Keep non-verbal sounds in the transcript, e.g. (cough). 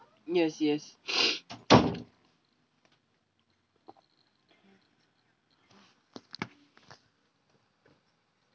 yes yes (noise)